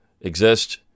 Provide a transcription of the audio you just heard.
exist